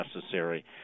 necessary